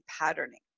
patterning